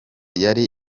yari